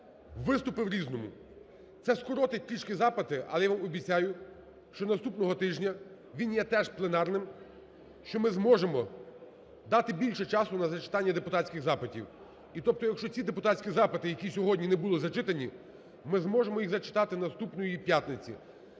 виступи в "Різному". Це скоротить трішки запити. Але я вам обіцяю, що наступного тижня, він є теж пленарним, що ми зможемо дати більше часу на зачитання депутатських запитів. І тобто ці депутатські запити, які сьогодні не були зачитані, ми зможемо їх зачитати наступної п'ятниці.